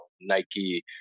Nike